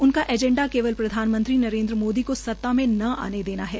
उनका एजेंडा केवल प्रधानमंत्री नरेन्द्र मोदी को सता से आने से रोकना है